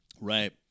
Right